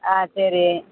ஆ சரி